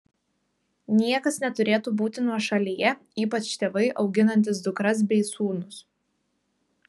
niekas neturėtų būti nuošalyje ypač tėvai auginantys dukras bei sūnus